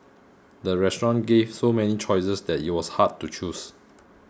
the restaurant gave so many choices that it was hard to choose